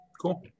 cool